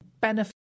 benefit